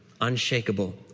unshakable